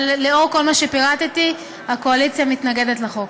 אבל לאור כל מה שפירטתי, הקואליציה מתנגדת לחוק.